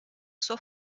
sua